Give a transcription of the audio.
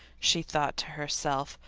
she thought to herself,